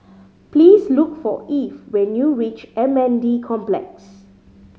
please look for Eve when you reach M N D Complex